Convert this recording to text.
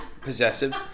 possessive